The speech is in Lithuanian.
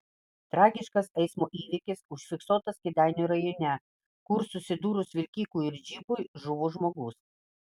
tragiškas eismo įvykis užfiksuotas kėdainių rajone kur susidūrus vilkikui ir džipui žuvo žmogus